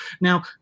now